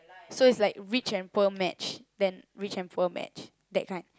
so it's like rich and poor match then rich and poor match that kind